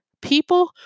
people